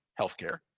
healthcare